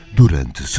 durante